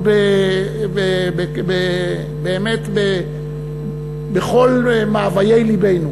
ובאמת בכל מאוויי לבנו.